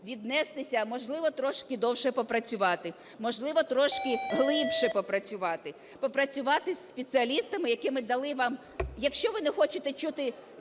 віднестися, можливо, трошки довше попрацювати, можливо, трошки глибше попрацювати. Попрацювати з спеціалістами, які б дали вам… Якщо ви не хочете чути